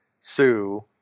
Sue